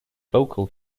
vocal